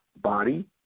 body